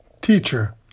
Teacher